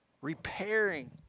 repairing